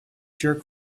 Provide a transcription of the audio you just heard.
jerk